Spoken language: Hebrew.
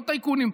לא טייקונים,